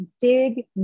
dig